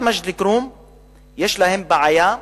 יש להם בעיה.